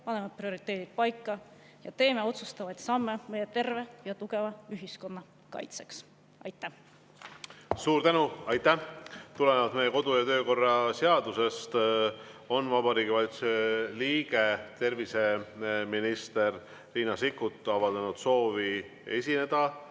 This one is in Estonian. paneme prioriteedid paika ja teeme otsustavaid samme meie terve ja tugeva ühiskonna kaitseks. Aitäh! Suur tänu! Tulenevalt meie kodu‑ ja töökorra seadusest on Vabariigi Valitsuse liige terviseminister Riina Sikkut avaldanud soovi esineda